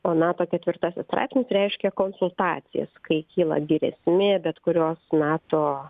o nato ketvirtasis straipsnis reiškia konsultacijas kai kyla grėsmė bet kurios nato